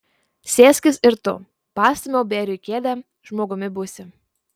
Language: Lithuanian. sėskis ir tu pastūmiau bėriui kėdę žmogumi būsi